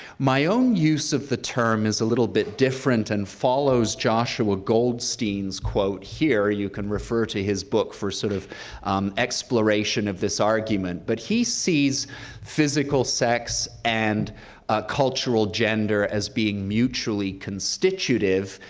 my own use of the term is a little bit different and follows joshua goldstein's quote here. you can refer to his book for sort of exploration of this argument, but he sees physical sex and cultural gender as being mutually constitutive.